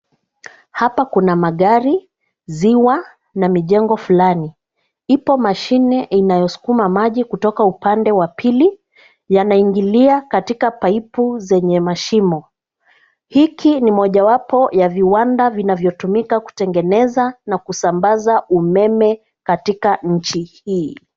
Hapa kuna magari, ziwa na mijengo fulani. Ipo mashine inayosukuma maji kutoka upande wa pili yanaingilia katika pipe zenye mashimo. Hiki ni mojawapo ya viwanda vinavyotumika kutengeneza na kusambaza umeme katika nchi hii.